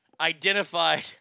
identified